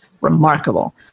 remarkable